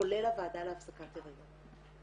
כולל הוועדה להפסקת היריון.